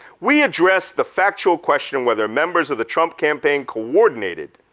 we address the factual question of whether members of the trump campaign coordinated.